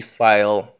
file